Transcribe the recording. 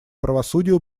правосудию